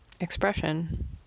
expression